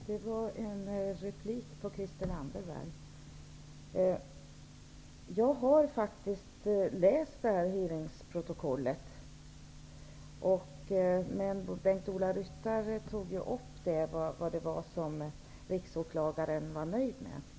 Herr talman! Jag vill replikera Christel Anderberg. Jag har faktiskt läst protokollet från hearingen. Bengt-Ola Ryttar talade om vilka pengar Riksåklagaren var nöjd med.